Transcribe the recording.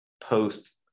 post